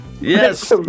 Yes